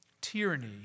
Tyranny